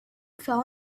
fell